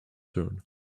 concern